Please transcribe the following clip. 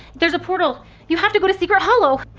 there's a portal you have to go to secret hollow!